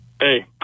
Hey